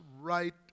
right